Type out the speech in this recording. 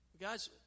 Guys